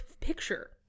picture